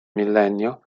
millennio